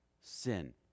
sin